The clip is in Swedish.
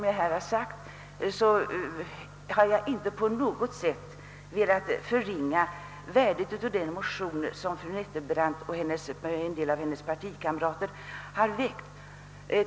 Jag vill dock inte på något sätt förringa värdet av de motioner som fru Nettelbrandt och en del av hennes partikamrater väckt.